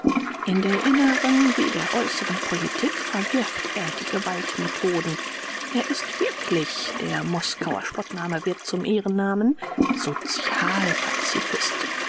in der inneren wie der äußeren politik verwirft er die gewaltmethoden er ist wirklich der moskauer spottname wird zum ehrennamen